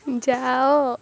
ଯାଅ